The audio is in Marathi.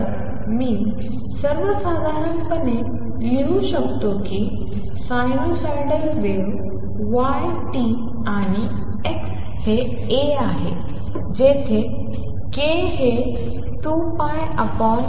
तर मी सर्वसाधारणपणे लिहू शकतो की साइनसॉइडल वेव्ह y t आणि x हे ASinωt kxआहे जेथे k हे 2πλ आहे जे v